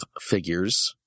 figures